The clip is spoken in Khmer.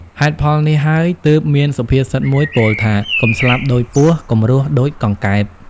ហេតុផលនេះហើយទើបមានសុភាសិតមួយពោលថា « កុំស្លាប់ដូចពស់ កុំរស់ដូចកង្កែប » ។